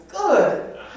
good